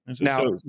Now